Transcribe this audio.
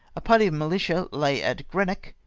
a party of militia lay at greenock,